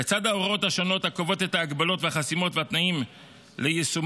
לצד ההוראות השונות הקובעות את ההגבלות והחסימות והתנאים ליישומן,